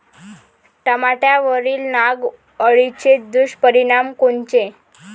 टमाट्यावरील नाग अळीचे दुष्परिणाम कोनचे?